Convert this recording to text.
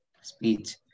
speech